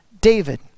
David